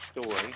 story